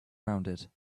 rounded